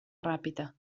ràpita